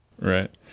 Right